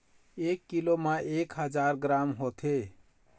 एक कीलो म एक हजार ग्राम होथे